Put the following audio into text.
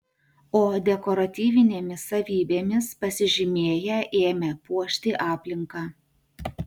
o dekoratyvinėmis savybėmis pasižymėję ėmė puošti aplinką